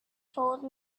told